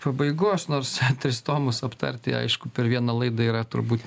pabaigos nors tris tomus aptarti aišku per vieną laidą yra turbūt